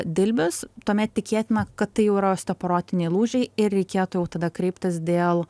dilbio tuomet tikėtina kad tai jau yra osteoporotiniai lūžiai ir reikėtų jau tada kreiptis dėl